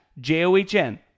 J-O-H-N